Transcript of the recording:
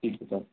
ठीक आहे चालेल